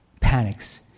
panics